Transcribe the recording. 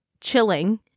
chilling